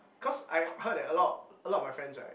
cause I heard that a lot a lot of my friends right